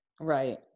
right